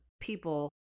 people